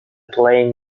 plane